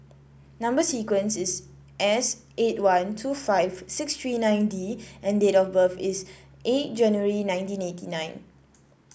number sequence is S eight one two five six three nine D and date of birth is eight January nineteen eighty nine